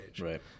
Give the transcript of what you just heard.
Right